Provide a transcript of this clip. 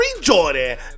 Jordan